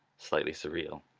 slightly surreal.